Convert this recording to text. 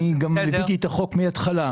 אני גם ליוויתי את החוק מהתחלה.